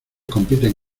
compiten